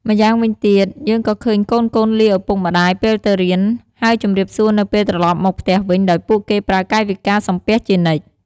ម្យ៉ាងវិញទៀត យើងក៏ឃើញកូនៗលាឪពុកម្ដាយពេលទៅរៀន ហើយជំរាបសួរនៅពេលត្រឡប់មកផ្ទះវិញ ដោយពួកគេប្រើកាយវិការសំពះជានិច្ច។